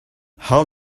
how